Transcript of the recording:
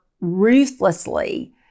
ruthlessly